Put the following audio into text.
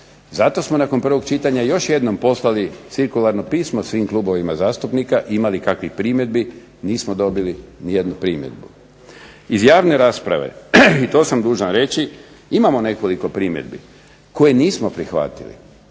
Zato smo nakon prvog čitanja još jednom poslali cirkularno pismo svim klubovima zastupnika ima li kakvih primjedbi. Nismo dobili nijednu primjedbu. Iz javne rasprave, i to sam dužan reći, imamo nekoliko primjedbi koje nismo prihvatili.